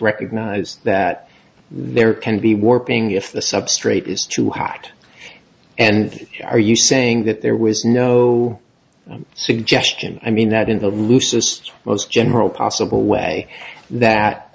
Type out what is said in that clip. recognized that there can be warping if the substrate is too high and are you saying that there was no suggestion i mean that in a lusus most general possible way that